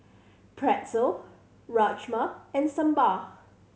Pretzel Rajma and Sambar